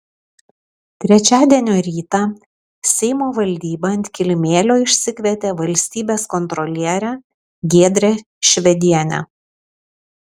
trečiadienio rytą seimo valdyba ant kilimėlio išsikvietė valstybės kontrolierę giedrę švedienę